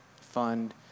Fund